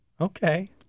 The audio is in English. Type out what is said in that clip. Okay